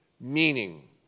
meaning